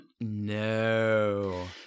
No